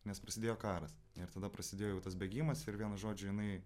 nes prasidėjo karas ir tada prasidėjo jau tas bėgimas ir vienu žodžiu jinai